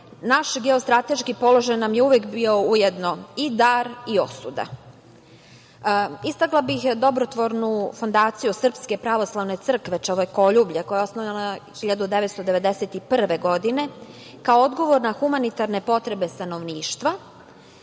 naš geostrateški položaj nam je uvek bio ujedno i dar i osuda. Istakla bih dobrotvornu fondaciju SPC „Čovekoljublje“ koja je osnovana 1991. godine, kao odgovor na humanitarne potrebe stanovništva,